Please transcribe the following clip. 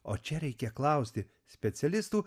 o čia reikia klausti specialistų